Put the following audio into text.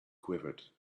quivered